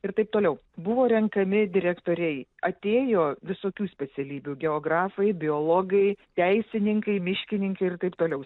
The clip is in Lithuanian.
ir taip toliau buvo renkami direktoriai atėjo visokių specialybių geografai biologai teisininkai miškininkai ir taip toliau